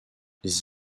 les